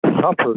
suffer